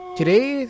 Today